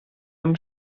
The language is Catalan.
amb